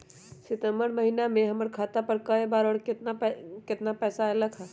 सितम्बर महीना में हमर खाता पर कय बार बार और केतना केतना पैसा अयलक ह?